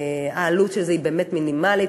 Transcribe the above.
העלות של זה היא באמת מינימלית.